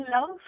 love